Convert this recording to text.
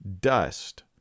dust